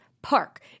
park